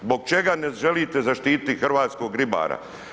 Zbog čega ne želite zaštititi hrvatskog ribara?